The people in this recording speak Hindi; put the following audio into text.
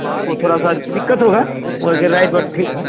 आपको थोड़ा सा दिक़्क़त होगा वो ग्रेनाइट बट ठीक है